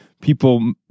people